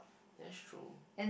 that's true